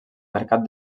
mercat